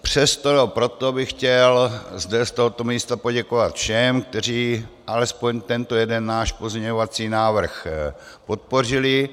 Přesto, nebo proto bych chtěl zde z tohoto místa poděkovat všem, kteří alespoň tento jeden náš pozměňovací návrh podpořili.